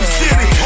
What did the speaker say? city